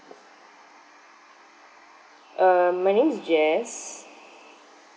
err my name is jess